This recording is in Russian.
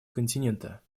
континента